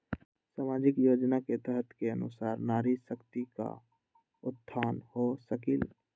सामाजिक योजना के तहत के अनुशार नारी शकति का उत्थान हो सकील?